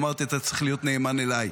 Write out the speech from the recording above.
ואמרתי: אתה צריך להיות נאמן אליי.